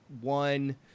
one